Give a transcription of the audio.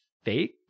fake